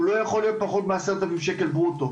הוא לא יכול להיות פחות מעשרת אלפים שקל ברוטו.